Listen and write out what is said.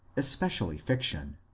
especially fiction.